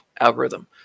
algorithm